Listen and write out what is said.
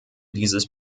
dieses